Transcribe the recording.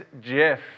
Jeff